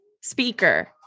speaker